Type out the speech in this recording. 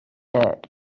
desert